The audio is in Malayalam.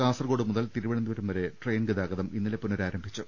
കാസർകോട് മുതൽ തിരുവന ന്തപുരം വരെ ട്രെയിൻ ഗതാഗതം ഇന്നലെ പുനരാരംഭിച്ചു